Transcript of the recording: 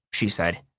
she said.